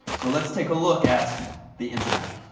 so let's take a look at the internet.